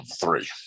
three